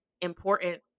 important